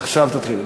עכשיו תתחילי.